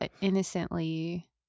innocently